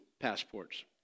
passports